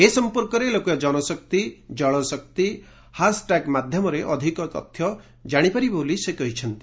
ଏ ସଂପର୍କରେ ଲୋକେ ଜନଶକ୍ତି ଜଳଶକ୍ତି ହାସ୍ଟାଗ୍ ମାଧ୍ୟମରେ ଅଧିକ ତଥ୍ୟ ଜାଶିପାରିବେ ବୋଲି ସେ କହିଛନ୍ତି